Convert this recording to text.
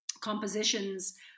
compositions